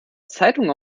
zeitung